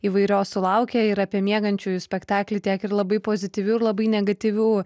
įvairios sulaukia ir apie miegančiųjų spektaklį tiek ir labai pozityvių ir labai negatyvių